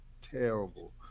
terrible